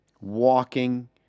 walking